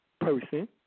person